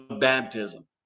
baptism